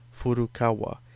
Furukawa